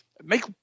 Make